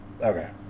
Okay